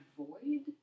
void